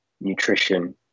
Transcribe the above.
nutrition